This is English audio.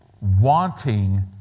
wanting